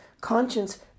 conscience